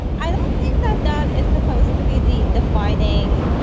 i don't think that that is supposed to be the defining.